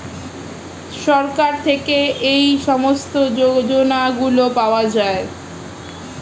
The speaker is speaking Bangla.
সরকার থেকে এই সমস্ত যোজনাগুলো পাওয়া যায়